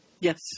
Yes